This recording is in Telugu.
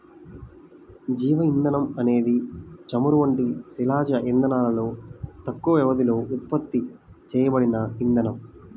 జీవ ఇంధనం అనేది చమురు వంటి శిలాజ ఇంధనాలలో తక్కువ వ్యవధిలో ఉత్పత్తి చేయబడిన ఇంధనం